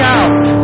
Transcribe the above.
out